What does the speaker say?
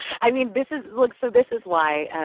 i mean, this is look, so this is why. ah